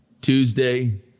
Tuesday